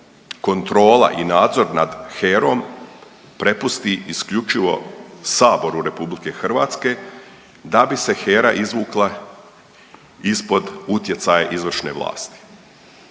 kontrola i nadzor nad HEROM prepusti isključivo saboru RH da bi se HERA izvukla ispod utjecaja izvršne vlasti.